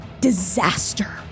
disaster